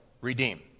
redeem